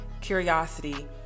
curiosity